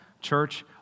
Church